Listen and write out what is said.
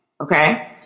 Okay